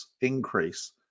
increase